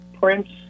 Prince